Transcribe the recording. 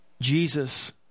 Jesus